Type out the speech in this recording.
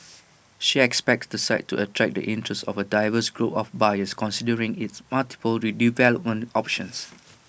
she expects the site to attract the interest of A diverse group of buyers considering its multiple redevelopment options